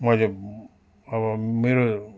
मैले अब मेरो